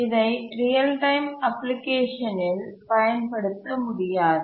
இதை real time application இல் பயன்படுத்த முடியாது